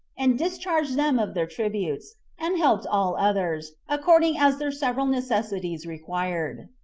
and discharged them of their tributes and helped all others, according as their several necessities required.